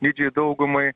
didžiajai daugumai